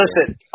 Listen